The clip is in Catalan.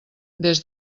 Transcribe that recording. des